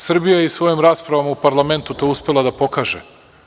Srbija je i svojom raspravom u parlamentu to uspela da pokažete.